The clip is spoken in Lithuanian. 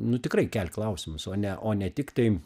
nu tikrai kelt klausimus o ne o ne tiktai